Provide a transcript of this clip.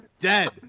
dead